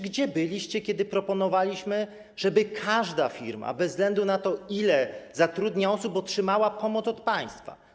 Gdzie byliście, kiedy proponowaliśmy, żeby każda firma, bez względu na to, ile zatrudnia osób, otrzymała pomoc od państwa?